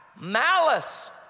malice